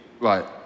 right